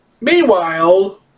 meanwhile